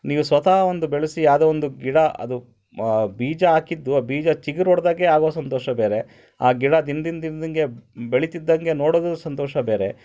ನೀವು ಸ್ವತಃ ಒಂದು ಬೆಳೆಸಿ ಯಾವ್ದೋ ಒಂದು ಗಿಡ ಅದು ಬೀಜ ಹಾಕಿದ್ದು ಬೀಜ ಚಿಗುರೊಡ್ದಾಗ ಆಗೋ ಸಂತೋಷ ಬೇರೆ ಆ ಗಿಡ ದಿನ ದಿನ ದಿನ ದಿನ್ದಂಗೆ ಬೆಳೀತ್ತಿದ್ದಂಗೆ ನೋಡೋದು ಸಂತೋಷ ಬೇರೆ